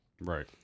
Right